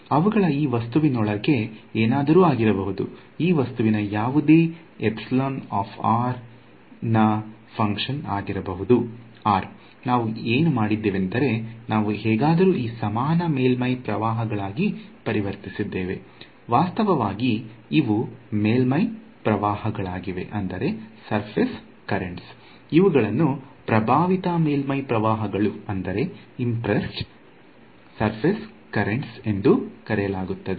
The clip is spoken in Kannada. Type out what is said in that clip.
ಅವುಗಳು ಈ ವಸ್ತುವಿನೊಳಗೆ ಏನಾದರೂ ಆಗಿರಬಹುದು ಈ ವಸ್ತುವಿನ ಯಾವುದೇ ನ ಫಂಕ್ಷನ್ ವಾಗಿರಬಹುದು ನಾವು ಏನು ಮಾಡಿದ್ದೇವೆಂದರೆ ನಾವು ಹೇಗಾದರೂ ಈ ಸಮಾನ ಮೇಲ್ಮೈ ಪ್ರವಾಹಗಳಾಗಿ ಪರಿವರ್ತಿಸಿದ್ದೇವೆ ವಾಸ್ತವವಾಗಿ ಇವು ಮೇಲ್ಮೈ ಪ್ರವಾಹಗಳಾಗಿವೆ ಇವುಗಳನ್ನು ಪ್ರಭಾವಿತ ಮೇಲ್ಮೈ ಪ್ರವಾಹಗಳು ಎಂದು ಕರೆಯಲಾಗುತ್ತದೆ